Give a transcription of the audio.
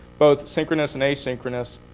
both synchronous and asynchronous.